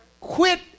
Quit